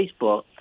Facebook